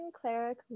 Cleric